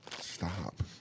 stop